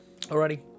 Alrighty